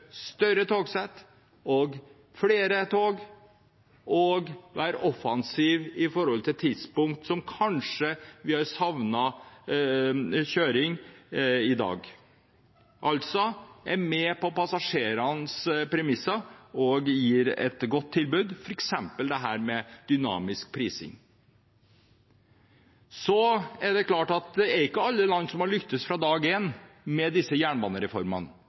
større togsett og flere tog og være offensive når det gjelder tidspunkt hvor vi kanskje har savnet kjøring i dag. De er altså med på passasjerenes premisser og gir et godt tilbud, f.eks. dette med dynamisk prising. Så er det klart at det ikke er alle land som har lyktes fra dag én med disse jernbanereformene.